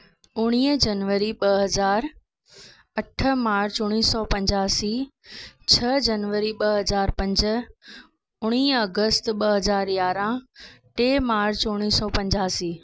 उणिवीह जनवरी ॿ हज़ार अठ मार्च उणिवीह सौ पंजासी छह जनवरी ॿ हज़ार पंज उणिवीह अगस्त ॿ हज़ार यारहं टे मार्च उणिवीह सौ पंजासी